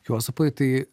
juozapai tai